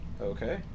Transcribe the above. okay